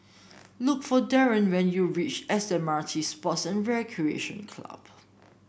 look for Darrion when you reach S M R T Sports and Recreation Club